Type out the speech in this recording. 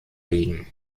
liegen